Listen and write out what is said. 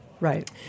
Right